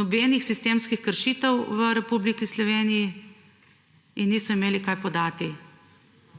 nobenih sistemskih kršitev v Republiki Sloveniji in niso imeli kaj podati.